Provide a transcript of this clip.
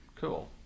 Cool